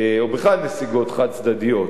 או בכלל נסיגות חד-צדדיות,